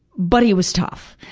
but he was tough.